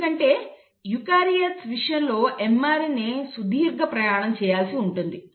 ఎందుకంటే యూకారియోట్ల విషయంలో mRNA సుదీర్ఘ ప్రయాణం చేయాల్సి ఉంటుంది